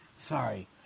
sorry